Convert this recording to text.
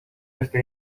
este